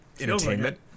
entertainment